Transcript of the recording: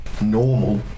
normal